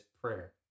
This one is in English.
prayer